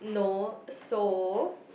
no so